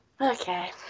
okay